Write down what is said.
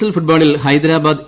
L ഫുട്ബോളിൽ Hyderabad A